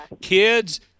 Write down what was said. Kids